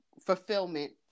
fulfillment